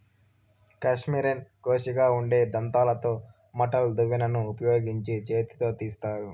కష్మెరెను కోషిగా ఉండే దంతాలతో మెటల్ దువ్వెనను ఉపయోగించి చేతితో తీస్తారు